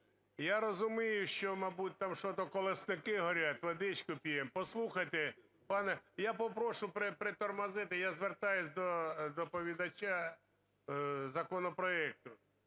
я розумію, що, мабуть, там щось колосники горять, водичку п'ємо. Послухайте, пане, я попрошу притормозити. Я звертаюсь до доповідача законопроекту.